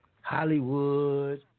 Hollywood